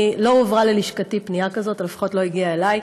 לא הועברה ללשכתי פנייה כזאת או לפחות לא הגיעה אלי.